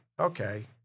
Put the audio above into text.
okay